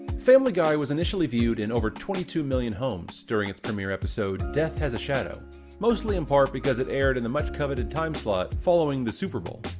family guy was initially viewed in over twenty two million homes, during its premiere episode death has a shadow mostly in part because it aired in the much-coveted time slot, following the super bowl.